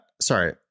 sorry